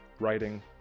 writing